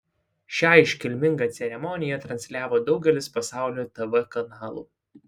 šią iškilmingą ceremoniją transliavo daugelis pasaulio tv kanalų